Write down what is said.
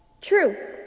True